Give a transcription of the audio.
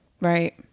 Right